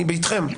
אני איתכם.